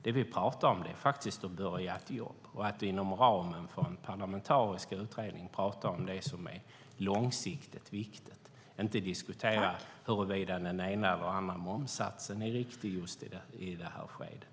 Det vi pratar om är att börja ett jobb och att vi inom ramen för en parlamentarisk utredning talar om det som är långsiktigt viktigt. Det handlar inte om att diskutera huruvida den ena eller andra momssatsen är riktig i just det här skedet.